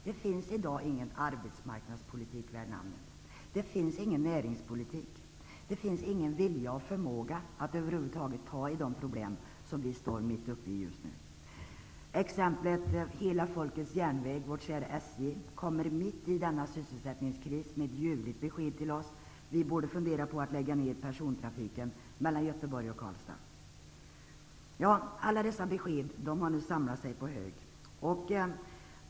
Det finns i dag ingen arbetsmarknadspolitik värd namnet. Det finns ingen näringspolitik. Det finns ingen vilja eller förmåga att över huvud taget ta i de problem som vi står mitt uppe i. Exemplet Hela folkets järnväg, vårt kära SJ, kommer mitt i denna sysselsättningskris med ett ljuvligt besked till oss. Alla dessa besked har nu samlat sig på hög.